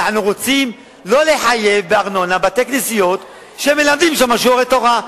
אנחנו רוצים לא לחייב בארנונה בתי-כנסיות שמלמדים שם שיעורי תורה.